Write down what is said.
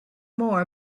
more